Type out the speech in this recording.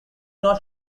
not